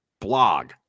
blog